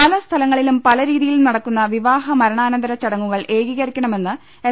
പല സ്ഥലങ്ങളിലും പല രീതിയിലും നടക്കുന്ന വിവാഹ മരണാനന്തര ചടങ്ങു കൾ ഏകീകരിക്കണമെന്ന് എസ്